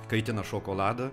kaitina šokoladą